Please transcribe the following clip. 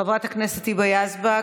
חברת הכנסת היבה יזבק,